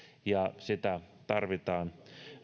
ja sitä tarvitaan